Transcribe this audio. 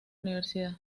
universidad